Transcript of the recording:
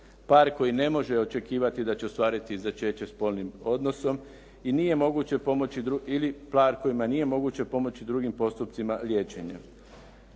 par koji ne može očekivati da će ostvariti začeće spolnim odnosom i nije moguće pomoći ili par kojem nije